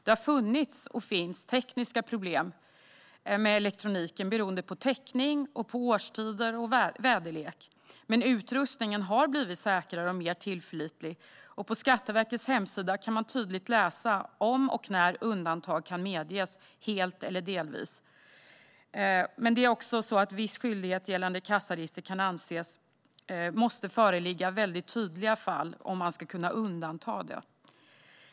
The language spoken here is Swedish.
Det har funnits och finns tekniska problem med elektroniken beroende på täckning och väderlek. Men utrustningen har blivit säkrare och mer tillförlitlig, och på Skatteverkets hemsida kan man tydligt läsa om och när undantag kan medges helt eller delvis. Viss skyldighet gällande kassaregister kan anses oskälig. Det måste dock föreligga väldigt tydliga fall om undantag ska beviljas.